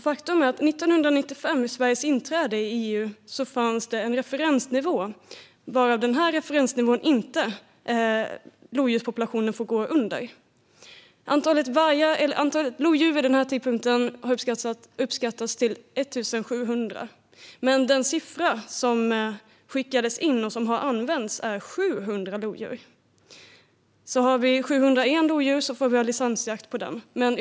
Faktum är att det vid Sveriges inträde i EU 1995 fanns en referensnivå som lodjurspopulationen inte fick gå under. Antalet lodjur vid denna tidpunkt uppskattades till 1 700. Men den siffra som skickades in och som används är 700. Om vi har 701 lodjur får vi alltså ha licensjakt på 1 lodjur.